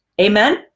Amen